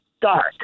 dark